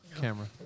camera